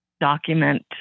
document